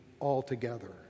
altogether